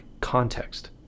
context